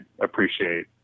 appreciate